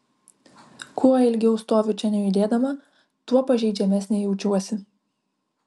kuo ilgiau stoviu čia nejudėdama tuo pažeidžiamesnė jaučiuosi